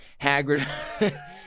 Hagrid